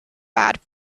bad